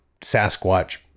sasquatch